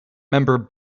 member